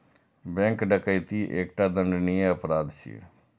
bank डकैती एकटा दंडनीय अपराध छियै